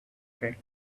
friend